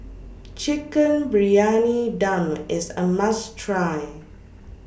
Chicken Briyani Dum IS A must Try